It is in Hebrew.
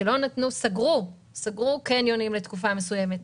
שסגרו קניונים למשך תקופה מסוימת,